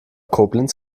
koblenz